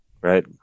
Right